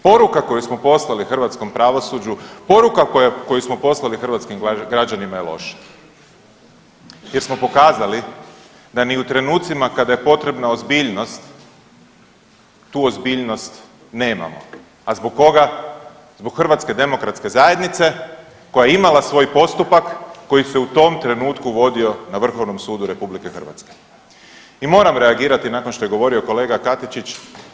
Poruka koju smo poslali hrvatskom pravosuđu i poruku koju smo poslali hrvatskim građanima je loša jer smo pokazali da ni u trenucima kada je potrebna ozbiljnost tu ozbiljnost nemamo, a zbog koga, zbog HDZ koja je imala svoj postupak koji se u tom trenutku vodio na Vrhovnom sudu RH i moram reagirati nakon što je govorio kolega Katičić.